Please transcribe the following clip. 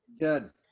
Good